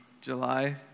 July